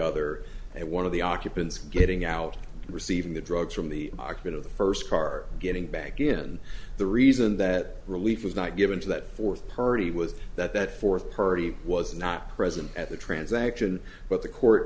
other and one of the occupants getting out receiving the drugs from the occupant of the first car getting back in the reason that relief was not given to that fourth party was that that fourth party was not present at the transaction but the court